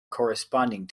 corresponding